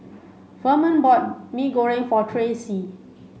Ferman bought Mee Goreng for Tracy